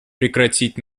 прекратить